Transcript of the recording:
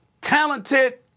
talented